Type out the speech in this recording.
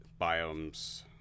biomes